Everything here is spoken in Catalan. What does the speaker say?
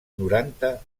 noranta